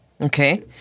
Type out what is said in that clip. okay